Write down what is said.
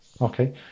Okay